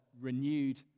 renewed